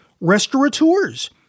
restaurateurs